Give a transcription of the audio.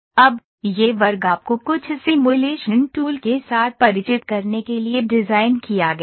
अब यह वर्ग आपको कुछ सिमुलेशन टूल के साथ परिचित करने के लिए डिज़ाइन किया गया है